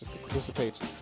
participates